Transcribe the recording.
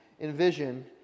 envision